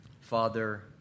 Father